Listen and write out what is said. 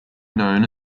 known